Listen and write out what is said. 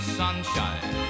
sunshine